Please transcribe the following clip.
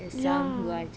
ya